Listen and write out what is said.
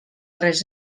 res